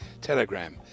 telegram